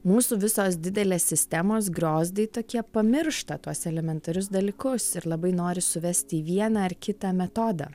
mūsų visos didelės sistemos griozdai tokie pamiršta tuos elementarius dalykus ir labai nori suvesti į vieną ar kitą metodą